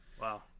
Wow